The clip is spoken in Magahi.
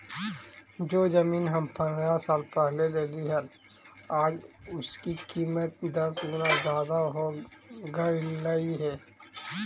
जो जमीन हम पंद्रह साल पहले लेली हल, आज उसकी कीमत दस गुना जादा हो गेलई हे